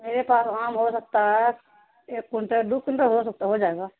میرے پاس آام ہو سکتا ہے ایک کوئنٹل دو کئنٹل ہو سکتا ہو جائے گا